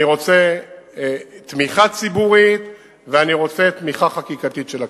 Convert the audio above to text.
אני רוצה תמיכה ציבורית ואני רוצה תמיכה חקיקתית של הכנסת.